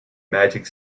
magic